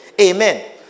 Amen